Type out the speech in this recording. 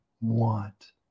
want